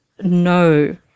No